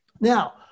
Now